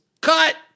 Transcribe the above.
cut